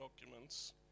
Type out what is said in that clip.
documents